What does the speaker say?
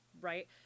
Right